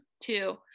two